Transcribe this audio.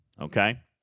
Okay